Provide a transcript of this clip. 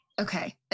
Okay